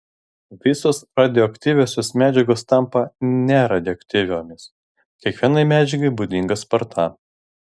visos radioaktyviosios medžiagos tampa neradioaktyviomis kiekvienai medžiagai būdinga sparta